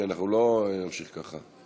כי אנחנו לא נמשיך ככה.